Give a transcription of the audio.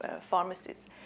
pharmacies